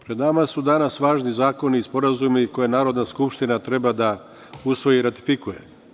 Pred nama su danas važni zakoni i sporazumi koje Narodna skupština treba da usvoji i ratifikuje.